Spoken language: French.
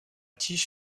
tige